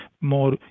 more